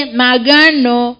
magano